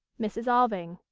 mrs. alving.